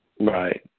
Right